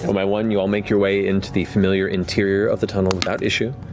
one by one, you all make your way into the familiar interior of the tunnel without issue.